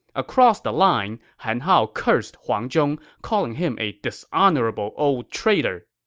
across the lines, han hao cursed huang zhong, calling him a dishonorable old traitor.